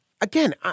Again